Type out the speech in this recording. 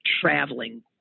traveling